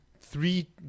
three